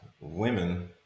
women